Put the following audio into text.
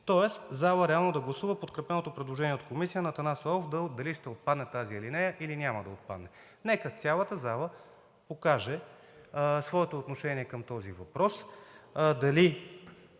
Тоест залата реално да гласува подкрепеното предложение от Комисията на Атанас Славов дали ще отпадне тази алинея, или няма да отпадне. Нека цялата зала покаже своето отношение към този въпрос